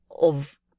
Of